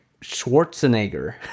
Schwarzenegger